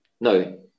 No